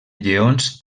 lleons